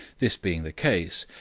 this being the case,